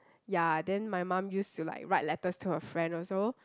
ya then my mum used to like write letters to her friend also